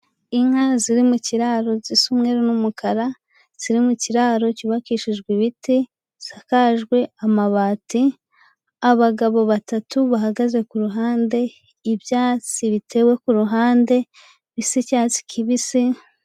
Inka ziri mu kiraro zisa umweru n'umukara, ziri mu kiraro cyubakishijwe ibiti, gisakajwe amabati. Abagabo batatu bahagaze ku ruhande, ibyatsi bitewe ku ruhande bisa icyatsi kibisi.